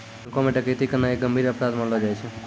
बैंको म डकैती करना एक गंभीर अपराध मानलो जाय छै